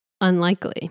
unlikely